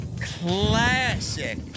Classic